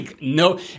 no